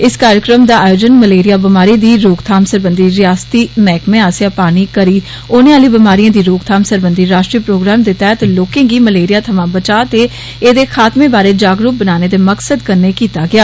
इस कार्यक्रम दा आयोजन मलेरिया बमारी दी रोकथाम सरबंधी रिआसती मैहकमे आसेआ पानी कारण होने आह्ली बमारिए दी रोकथाम सरबंधी राष्ट्री प्रोग्राम दे तैह्त लोकें गी मलेरिया थमां बचाऽ ते एह्दे खात्मे बारै जागरूक बनाने दे मकसद कन्नै कीता गेआ